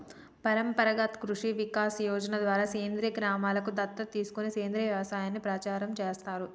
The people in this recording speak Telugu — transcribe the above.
పరంపరాగత్ కృషి వికాస్ యోజన ద్వారా సేంద్రీయ గ్రామలను దత్తత తీసుకొని సేంద్రీయ వ్యవసాయాన్ని ప్రచారం చేస్తారు